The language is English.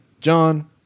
John